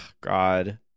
God